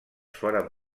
foren